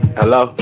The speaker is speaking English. hello